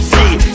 See